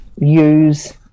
use